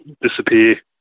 disappear